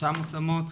עם 53 מושמות,